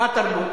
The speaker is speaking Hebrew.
מה תרבות?